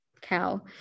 cow